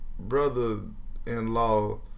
brother-in-law